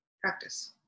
practice